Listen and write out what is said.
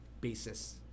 basis